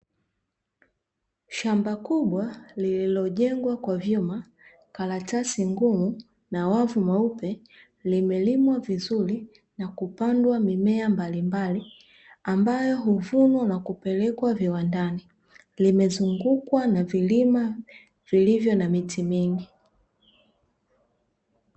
Shamba kubwa lililojengwa kwa vyuma, karatasi ngumu na wavu mweupe, limelimwa vizuri na kupandwa mimea mbali mbali ambayo huvunwa na kupelekwa viwandani. Limezungukwa na vilima vilivyo na miti mingi.